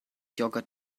yogurt